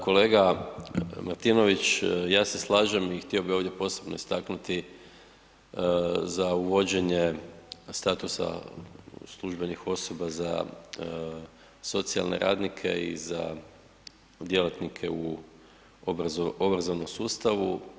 Kolega Martinović, ja se slažem i htio bih ovdje posebno istaknuti za uvođenje statusa službenih osoba za socijalne radnike i za djelatnike u obrazovnom sustavu.